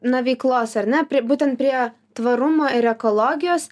na veiklos ar ne prie būtent prie tvarumo ir ekologijos